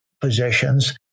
positions